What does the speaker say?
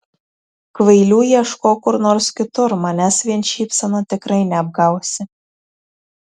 kvailių ieškok kur nors kitur manęs vien šypsena tikrai neapgausi